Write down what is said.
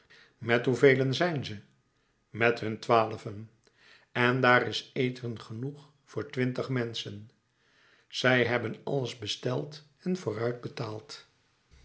met hoevelen zijn ze met hun twaalven en daar is eten genoeg voor twintig menschen zij hebben alles besteld en vooruit betaald